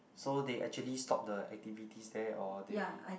so they actually stop the activities there or they